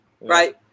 Right